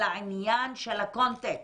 אלא עניין של הקונטקסט.